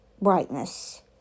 Brightness